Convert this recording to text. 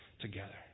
together